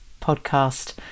podcast